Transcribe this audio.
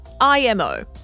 IMO